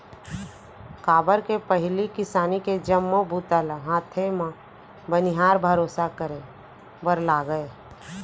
काबर के पहिली किसानी के जम्मो बूता ल हाथे म बनिहार भरोसा करे बर लागय